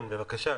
כן, בבקשה.